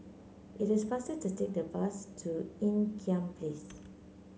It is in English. it is faster to take the bus to Ean Kiam Place